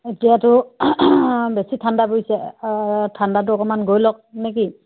এতিয়াতো বেছি ঠাণ্ডা পৰিছে ঠাণ্ডাটো অকণমান গৈ লওক নেকি